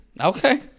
Okay